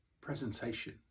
presentation